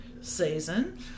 season